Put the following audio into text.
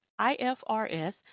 IFRS